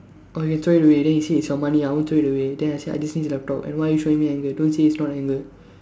okay throw it away then he said it's your money I won't throw it away then I say I just need the laptop and why are you showing me anger don't say it's not anger